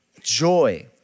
joy